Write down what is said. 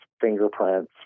fingerprints